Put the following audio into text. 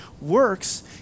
works